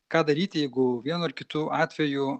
ką daryti jeigu vienu ar kitu atveju